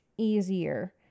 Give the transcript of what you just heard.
easier